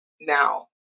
now